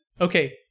okay